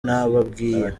nababwiye